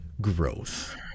growth